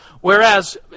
Whereas